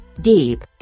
Deep